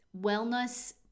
wellness